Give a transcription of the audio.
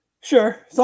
Sure